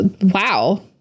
wow